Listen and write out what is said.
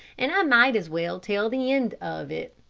and i might as well tell the end of it.